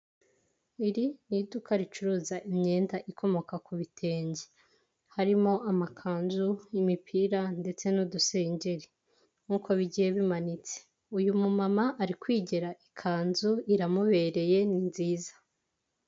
Iri ni iduka ricuruza imyenda ikomoka ku bi bitenge, harimo amakanzu, y'imipira ndetse n'udusengeri, nk'uko bigiye bimanitse, uyu mu mama ari kwigira ikanzu iramubereye ni nziza.